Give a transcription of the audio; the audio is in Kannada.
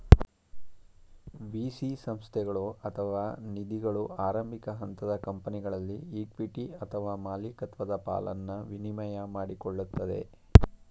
ವಿ.ಸಿ ಸಂಸ್ಥೆಗಳು ಅಥವಾ ನಿಧಿಗಳು ಆರಂಭಿಕ ಹಂತದ ಕಂಪನಿಗಳಲ್ಲಿ ಇಕ್ವಿಟಿ ಅಥವಾ ಮಾಲಿಕತ್ವದ ಪಾಲನ್ನ ವಿನಿಮಯ ಮಾಡಿಕೊಳ್ಳುತ್ತದೆ